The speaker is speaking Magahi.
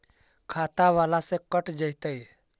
खाता बाला से कट जयतैय?